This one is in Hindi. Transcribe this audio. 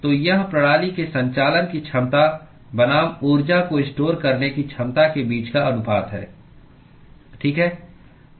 तो यह प्रणाली के संचालन की क्षमता बनाम ऊर्जा को स्टोर करने की क्षमता के बीच का अनुपात है ठीक है